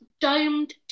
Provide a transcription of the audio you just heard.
domed